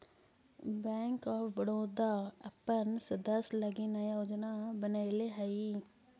bank of Baroda अपन सदस्य लगी नया योजना बनैले हइ